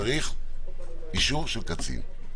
צריך אישור של קצין,